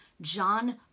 John